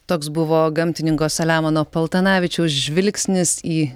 toks buvo gamtininko saliamono paltanavičiaus žvilgsnis į